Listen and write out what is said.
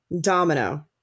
domino